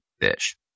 fish